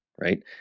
right